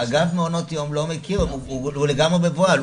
אגף מעונות יום לא מכיר, הוא לגמרי מבוהל.